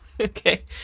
Okay